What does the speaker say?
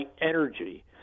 energy